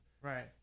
right